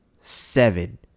seven